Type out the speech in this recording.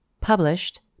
Published